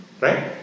Right